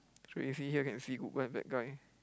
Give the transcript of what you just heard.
sure can see here can see good guy bad guy